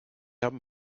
haben